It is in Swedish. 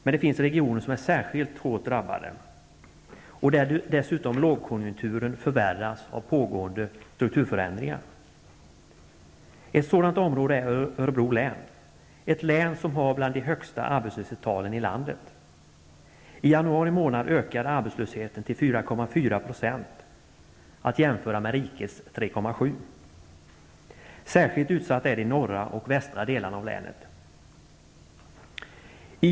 Men det finns regioner som är särskilt hårt drabbade och där dessutom lågkonjunkturen förvärras av pågående strukturförändringar. Ett sådant område är Örebro län. Detta län har bland de högsta arbetslöshetstalen i landet. I januari månad ökade arbetslösheten till 4,4 %-- att jämföra med rikets 3,7 %. Särskilt utsatta är de norra och västra delarna av länet.